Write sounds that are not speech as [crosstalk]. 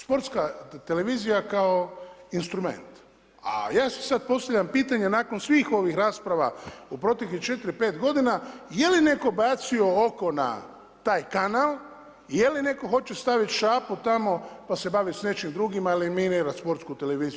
Sportska televizija, kao instrument, a ja si sad postavljam pitanje, nakon svih ovih rasprava u proteklih 4, 5 g. je li netko bacio oko na taj kanal, je li netko hoće staviti šapu tamo, pa se baviti nečim drugima jer … [unintelligible] Sportsku televiziju.